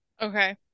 okay